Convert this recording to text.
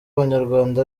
abanyarwanda